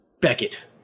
Beckett